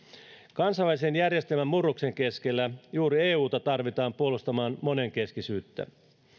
kansainvälisen järjestelmän murroksen keskellä juuri euta tarvitaan puolustamaan monenkeskisyyttä